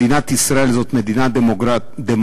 מדינת ישראל היא מדינה דמוקרטית,